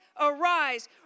arise